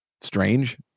strange